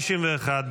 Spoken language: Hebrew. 15 לעוקבים.